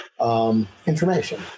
Information